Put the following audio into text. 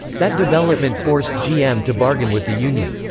that development forced gm to bargain with the union.